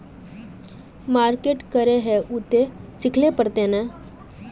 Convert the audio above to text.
Market करे है उ ते सिखले पड़ते नय?